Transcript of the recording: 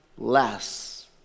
less